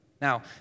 Now